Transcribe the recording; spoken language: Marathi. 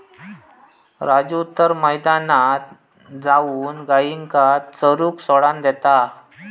राजू तर मैदानात जाऊन गायींका चरूक सोडान देता